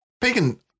pagan